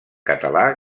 català